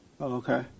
Okay